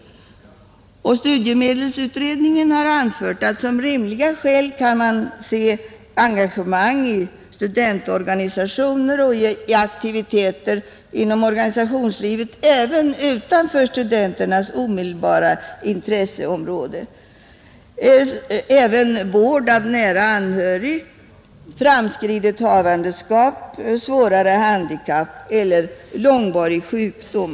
Studiemedelsutredningen har anfört att rimliga skäl kan anses vara engagemang i studentorganisationer och i aktiviteter inom organisationslivet även utanför studenternas omedelbara intresseområde, vård av nära anhörig, framskridet havandeskap, svårare handikapp eller långvarig sjukdom.